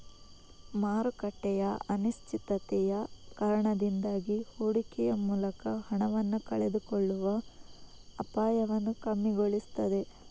ಮಾರುಕಟ್ಟೆಯ ಅನಿಶ್ಚಿತತೆಯ ಕಾರಣದಿಂದಾಗಿ ಹೂಡಿಕೆಯ ಮೂಲಕ ಹಣವನ್ನ ಕಳೆದುಕೊಳ್ಳುವ ಅಪಾಯವನ್ನ ಕಮ್ಮಿಗೊಳಿಸ್ತದೆ